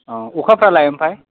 औ अखाफ्रालाय ओमफ्राइ